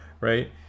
right